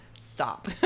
stop